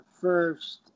first